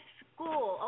school